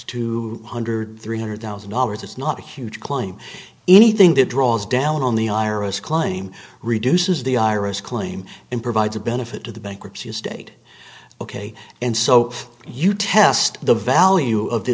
two hundred three hundred thousand dollars it's not a huge claim anything that draws down on the iris claim reduces the ira's claim and provides a benefit to the bankruptcy estate ok and so you test the value of the